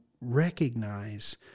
recognize